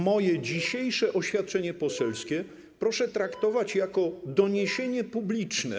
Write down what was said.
Moje dzisiejsze oświadczenie poselskie proszę traktować jako doniesienie publiczne.